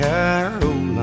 Carolina